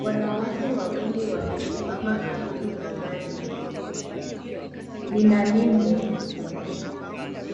Wanawake wawili wamesimama karibu na gari lina lebo.